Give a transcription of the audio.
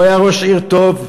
הוא היה ראש עיר טוב,